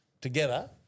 together